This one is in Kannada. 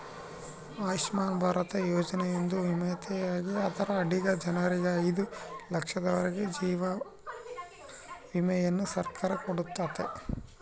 ಆಯುಷ್ಮನ್ ಭಾರತ ಯೋಜನೆಯೊಂದು ವಿಮೆಯಾಗೆತೆ ಅದರ ಅಡಿಗ ಜನರಿಗೆ ಐದು ಲಕ್ಷದವರೆಗೂ ಜೀವ ವಿಮೆಯನ್ನ ಸರ್ಕಾರ ಕೊಡುತ್ತತೆ